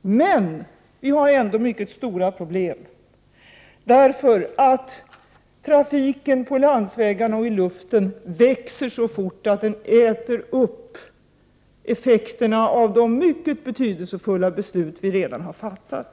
Men det finns ändå mycket stora problem, Omminskötsitlapp av därför att trafiken på landsvägarna och i luften växer så fort att den äter upp -: vå k kväveoxider från vägeffekterna av de mycket betydelsefulla beslut som vi redan har fattat.